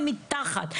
אנחנו מדברים על מתחת,